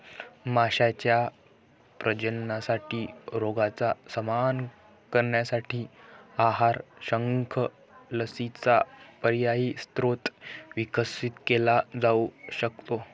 माशांच्या प्रजननासाठी रोगांचा सामना करण्यासाठी आहार, शंख, लसींचा पर्यायी स्रोत विकसित केला जाऊ शकतो